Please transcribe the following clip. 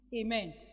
Amen